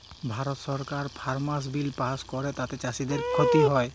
ভারত সরকার farmers bill pass ক্যরে তাতে চাষীদের খ্তি হ্যয়